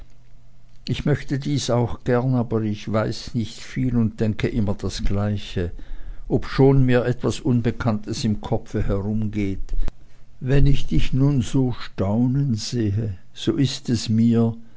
ich möchte dies auch gern aber ich weiß nicht viel und denke immer das gleiche obschon mir etwas unbekanntes im kopfe herumgeht wenn ich dich nun so staunen sehe so ist es mir